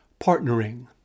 Partnering